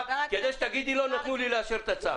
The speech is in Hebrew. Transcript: כדי שתגידי שלא נתנו לך לאשר את הצו.